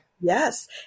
Yes